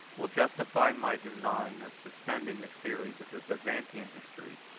will justify my design of suspending the series of the byzantine history,